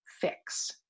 fix